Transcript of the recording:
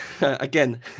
again